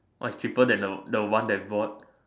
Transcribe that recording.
what cheaper than the the one I bought